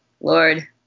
Lord